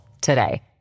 today